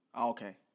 okay